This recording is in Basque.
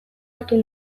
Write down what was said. hartu